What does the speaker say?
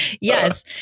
Yes